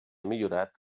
millorat